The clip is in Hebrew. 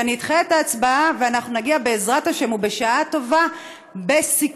שאני אדחה את ההצבעה ונגיע בעזרת השם ובשעה טובה בסיכום,